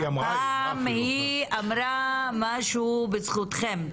הפעם היא אמרה משהו בזכותכם.